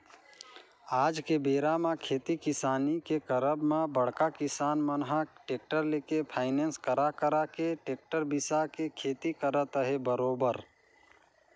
आज के बेरा म खेती किसानी के करब म बड़का किसान मन ह टेक्टर लेके फायनेंस करा करा के टेक्टर बिसा के खेती करत अहे बरोबर